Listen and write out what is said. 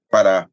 Para